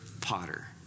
potter